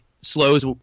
slows